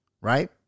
right